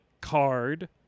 card